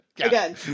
Again